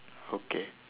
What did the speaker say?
okay